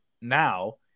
now